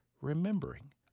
remembering